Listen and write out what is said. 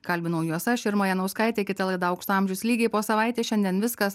kalbinau juos aš irma janauskaitė kita laida aukso amžius lygiai po savaitės šiandien viskas